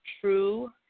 true